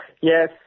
Yes